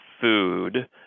food